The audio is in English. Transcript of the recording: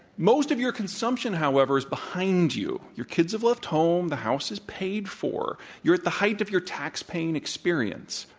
most of your consumption, however, is behind you. your kids have left home. the house is paid for. you're at the height of your tax-paying experience,